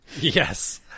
Yes